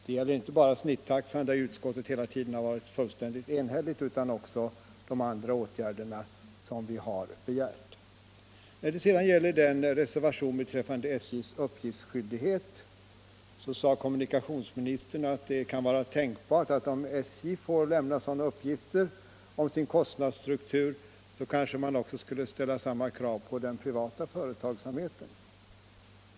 Det gäller inte bara snittaxan, där utskottet hela tiden varit fullständigt enigt, utan även de andra åtgärder vi har begärt. Beträffande reservationen om SJ:s uppgiftsskyldighet sade kommunikationsministern, att om SJ får lämna sådana uppgifter om sin kostnadsstruktur, så är det tänkbart att man också bör ställa samma krav på den privata företagsamheten.